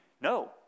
No